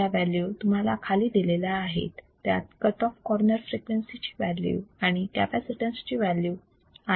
या व्हॅल्यू तुम्हाला खाली दिलेल्या आहेत त्यात कट ऑफ कॉर्नर फ्रिक्वेन्सी ची व्हॅल्यू आणि कॅपॅसितन्स ची व्हॅल्यू आहेत